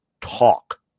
talk